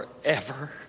forever